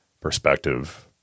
perspective